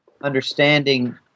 understanding